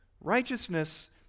Righteousness